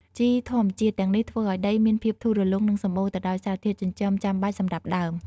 ជីធម្មជាតិទាំងនេះធ្វើឲ្យដីមានភាពធូរលុង និងសម្បូរទៅដោយសារធាតុចិញ្ចឹមចាំបាច់សម្រាប់ដើម។